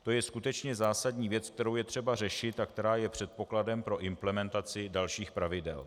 To je skutečně zásadní věc, kterou je třeba řešit a která je předpokladem pro implementaci dalších pravidel.